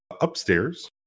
Upstairs